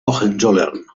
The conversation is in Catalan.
hohenzollern